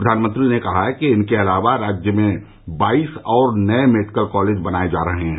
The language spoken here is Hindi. प्रधानमंत्री ने कहा कि इनके अलावा राज्य में बाईस और नये मेडिकल कॉलेज बनाये जा रहे हैं